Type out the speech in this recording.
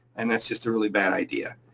and that's just a really bad idea.